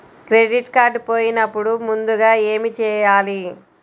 Credit card పోయినపుడు ముందుగా ఏమి చేయాలి?